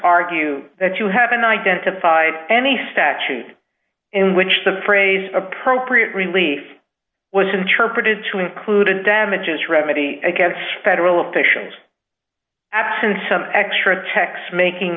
argue that you haven't identified any statute in which the phrase appropriate relief was interpreted to include a damages remedy against federal officials absent some extra text making